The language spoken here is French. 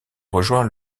rejoint